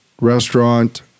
restaurant